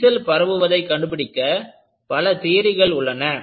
விரிசல் பரவுவதை கண்டுபிடிக்க பல தியரிகள் உள்ளன